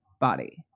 body